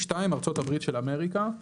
(2)ארצות הברית של אמריקה."